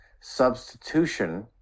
substitution